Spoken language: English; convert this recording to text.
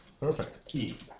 Perfect